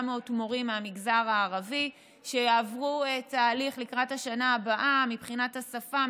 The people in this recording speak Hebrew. מורים מהמגזר הערבי שיעברו תהליך לקראת השנה הבאה מבחינת השפה,